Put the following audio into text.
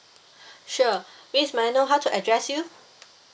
sure miss may I know how to address you